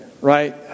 right